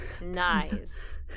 Nice